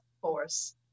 force